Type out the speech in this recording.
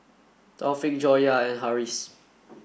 Taufik Joyah and Harris